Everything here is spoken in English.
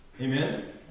Amen